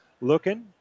looking